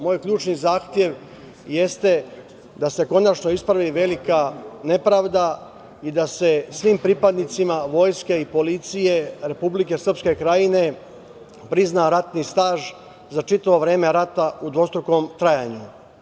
Moj ključni zahtev jeste da se konačno ispravi velika nepravda i da se svim pripadnicima vojske i policije Republike Srpske krajine prizna ratni staž za čitavo vreme rata u dvostrukom trajanju.